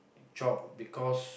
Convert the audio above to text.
job because